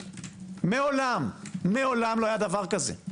מעולם לא היה דבר כזה.